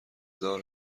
دار